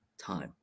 time